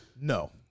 No